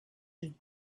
with